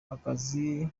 akazi